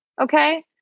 okay